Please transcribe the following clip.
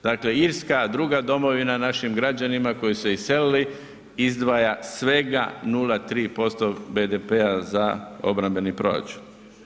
Dakle, Irska druga domovina našim građanima koji su se iselili, izdvaja svega 0,3% BDP-a za obrambeni proračun.